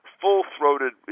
full-throated